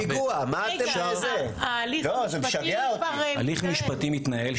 הליך משפטי מתנהל.